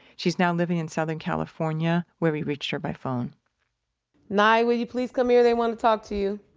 she's now living in southern california, where we reached her by phone nye, will you please come here? they wanna talk to you